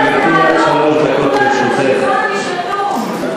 חצופים אדוני היושב-ראש,